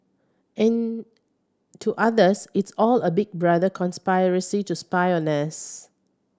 and to others it's all a Big Brother conspiracy to spy on